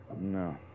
No